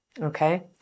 Okay